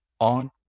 on